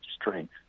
strength